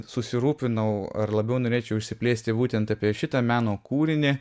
susirūpinau ar labiau norėčiau išsiplėsti būtent apie šitą meno kūrinį